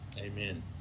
Amen